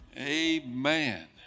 amen